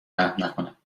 رحم